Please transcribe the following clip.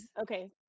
Okay